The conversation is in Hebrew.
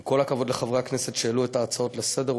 עם כל הכבוד לחברי הכנסת שהעלו את ההצעות לסדר-היום